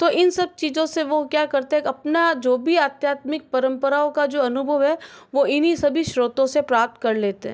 तो इन सब चीज़ें से वो क्या करते हैं अपना जो भी आध्यात्मिक परम्पराओं का जो अनुभव है वो इन्हीं सभी श्रोतों से प्राप्त कर लेते हैं